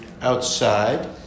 outside